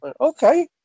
okay